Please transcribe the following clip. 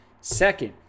Second